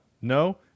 No